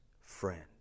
friend